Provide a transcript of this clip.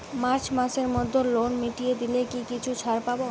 March মাসের মধ্যে loan মিটিয়ে দিলে কি কিছু ছাড় পাব?